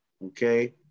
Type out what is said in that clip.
Okay